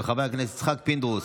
של חבר הכנסת יצחק פינדרוס